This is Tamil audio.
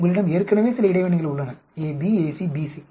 உங்களிடம் ஏற்கனவே சில இடைவினைகள் உள்ளன AB AC BC